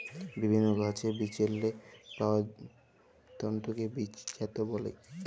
বিভিল্ল্য গাহাচের বিচেল্লে পাউয়া তল্তুকে বীজজাত ব্যলে